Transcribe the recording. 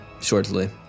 shortly